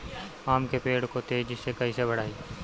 आम के पेड़ को तेजी से कईसे बढ़ाई?